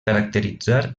caracteritzar